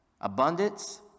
abundance